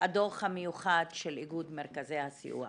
הדוח המיוחד של איגוד מרכזי הסיוע.